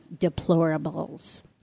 deplorables